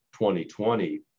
2020